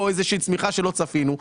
או איזו שהיא צמיחה שלא צפינו.